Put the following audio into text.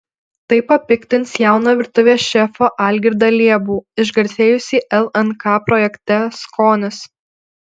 tai papiktins jauną virtuvės šefą algirdą liebų išgarsėjusį lnk projekte skonis